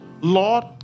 lord